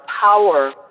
power